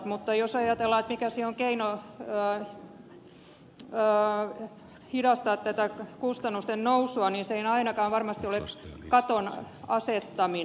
mutta jos ajatellaan mikä on keino hidastaa tätä kustannusten nousua niin se ei ainakaan varmasti ole katon asettaminen